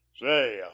say